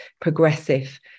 progressive